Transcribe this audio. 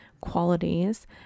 qualities